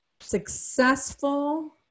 successful